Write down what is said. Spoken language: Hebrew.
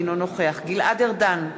אינו נוכח גלעד ארדן,